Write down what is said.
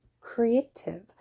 creative